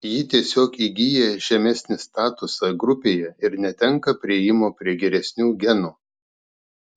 ji tiesiog įgyja žemesnį statusą grupėje ir netenka priėjimo prie geresnių genų